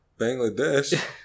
Bangladesh